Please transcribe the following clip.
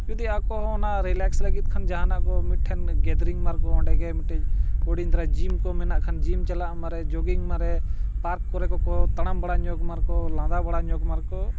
ᱡᱩᱫᱤ ᱟᱠᱚ ᱦᱚᱸ ᱚᱱᱟ ᱨᱤᱞᱮᱠᱥ ᱞᱟᱹᱜᱤᱫ ᱠᱷᱟᱱ ᱡᱟᱦᱟᱱᱟᱜ ᱠᱚ ᱢᱤᱫ ᱴᱷᱮᱱ ᱜᱮᱫᱽᱨᱤᱝ ᱢᱟᱠᱚ ᱚᱸᱰᱮ ᱜᱮ ᱢᱤᱫᱴᱤᱡ ᱦᱩᱰᱤᱧ ᱫᱷᱟᱨᱟᱹ ᱡᱤᱢ ᱠᱚ ᱢᱮᱱᱟᱜ ᱠᱷᱟᱱ ᱡᱤᱢ ᱪᱟᱞᱟᱜ ᱢᱟ ᱟᱨ ᱡᱚᱜᱤᱝ ᱢᱟᱨᱮ ᱯᱟᱨᱠ ᱠᱚᱨᱮ ᱠᱚ ᱠᱚ ᱛᱟᱲᱟᱢ ᱵᱟᱲᱟ ᱧᱚᱜᱽ ᱢᱟ ᱟᱨᱠᱚ ᱞᱟᱸᱫᱟ ᱵᱟᱲᱟ ᱧᱚᱜᱽ ᱢᱟ ᱟᱨᱠᱚ